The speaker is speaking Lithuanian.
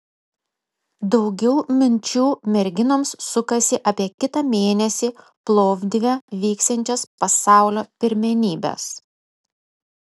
daugiau minčių merginoms sukasi apie kitą mėnesį plovdive vyksiančias pasaulio pirmenybes